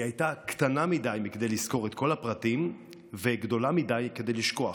היא הייתה קטנה מכדי לזכור את כל הפרטים וגדולה מכדי לשכוח,